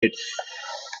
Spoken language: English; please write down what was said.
kids